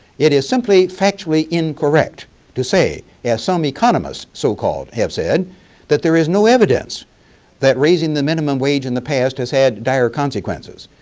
it is simply, factually, incorrect to say as some economists so-called have said that there is no evidence that raising the minimum wage in the past has had dire consequences.